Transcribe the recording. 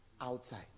outside